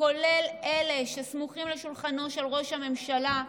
כולל אלה שסמוכים על שולחנו של ראש הממשלה,